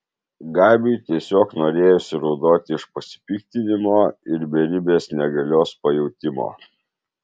gabiui tiesiog norėjosi raudoti iš pasipiktinimo ir beribės negalios pajautimo